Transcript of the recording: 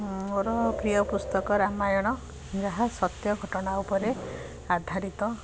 ମୋର ପ୍ରିୟ ପୁସ୍ତକ ରାମାୟଣ ଯାହା ସତ୍ୟ ଘଟଣା ଉପରେ ଆଧାରିତ